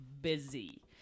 busy